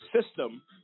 system